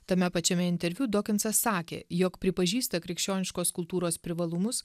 tame pačiame interviu dokinsas sakė jog pripažįsta krikščioniškos kultūros privalumus